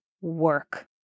Work